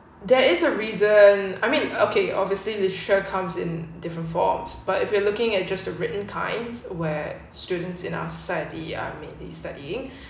there is a reason I mean okay obviously the share comes in different forms but if you are looking at just a written kinds where students in our society are mainly studying